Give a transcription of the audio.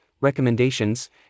recommendations